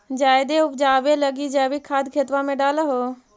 जायदे उपजाबे लगी जैवीक खाद खेतबा मे डाल हो?